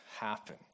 happen